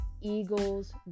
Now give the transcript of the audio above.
eagles